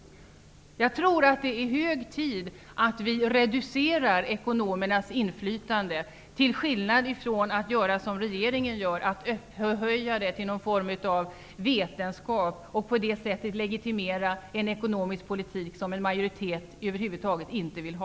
Det är hög tid att vi reducerar ekonomernas inflytande i stället för att, som regeringen gör, upphöja nationalekonomin till någon form av vetenskap och på det sättet legitimera en ekonomisk politik som en majoritet över huvud taget inte vill ha.